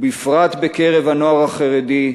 ובפרט בקרב הנוער החרדי,